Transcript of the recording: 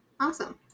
awesome